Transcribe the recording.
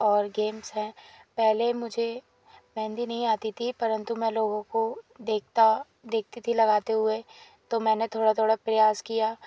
और गैम्स है पहले मुझे मेहंदी नहीं आती थी परन्तु मैं लोगों को देखता देखती थी लगाते हुए तो मैंने थोड़ा थोड़ा प्रयास किया